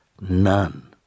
None